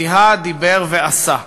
זיהה, דיבר ועשה.